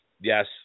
Yes